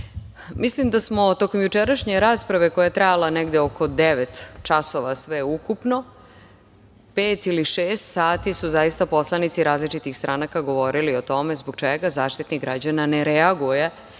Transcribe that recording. mislim da smo tokom jučerašnje rasprave koja je trajala negde oko devet časova, sveukupno, pet ili šest sati su zaista poslanici različitih stranaka govorili o tome zbog čega Zaštitnik građana ne reaguje